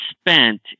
spent